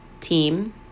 team